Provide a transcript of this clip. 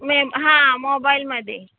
हां मोबाईलमध्ये